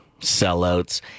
Sellouts